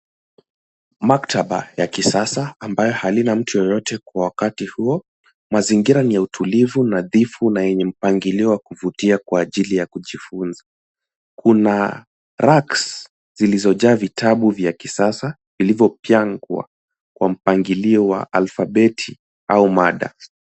Maktaba ya kisasa ambayo halina mtu yoyote kwa wakati huo. Mazingira ni ya utulivu, nadhifu na yenye mpangilio wa kuvutia kwa ajili ya kujifunza. Kuna racks zilizojaa vitabu vya kisasa vilivyopangwa kwa mpangilio wa alfabeti au mada.